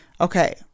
Okay